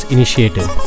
Initiative